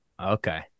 Okay